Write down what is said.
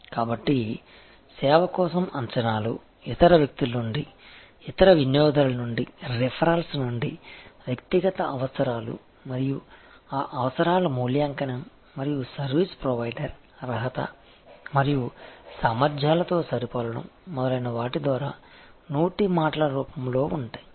కాబట్టి సేవ కోసం అంచనాలు ఇతర వ్యక్తుల నుండి ఇతర వినియోగదారునిల నుండి రిఫరల్స్ నుండి వ్యక్తిగత అవసరాలు మరియు ఆ అవసరాల మూల్యాంకనం మరియు సర్వీస్ ప్రొవైడర్ అర్హత మరియు సామర్ధ్యాలతో సరిపోలడం మొదలైన వాటి ద్వారా నోటి మాటల రూపంలో ఉంటాయి